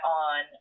on